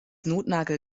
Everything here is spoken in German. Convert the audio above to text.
notnagel